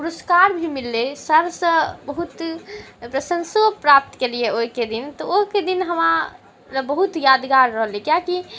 पुरस्कार भी मिललै सरसँ बहुत प्रशंसो प्राप्त केलिए ओहिके दिन तऽ ओहिके दिन हमरा बहुत यादगार रहलै कियाकि